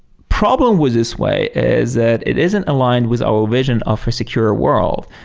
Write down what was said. problem with this way is that it isn't aligned with our vision of a secure world,